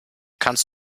kannst